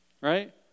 right